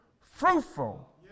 Fruitful